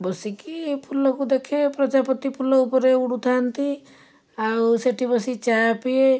ବସିକି ଫୁଲକୁ ଦେଖେ ପ୍ରଜାପତି ଫୁଲ ଉପରେ ଉଡ଼ୁଥାନ୍ତି ଆଉ ସେଇଠି ବସିକି ଚା' ପିଏ